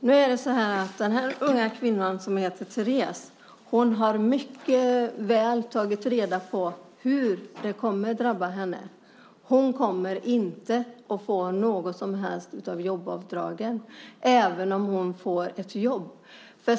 Fru talman! Den unga kvinna som heter Terés har mycket väl tagit reda på hur hon kommer att drabbas. Hon kommer inte att få någon som helst del av jobbavdraget även om hon får ett jobb.